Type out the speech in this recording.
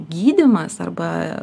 gydymas arba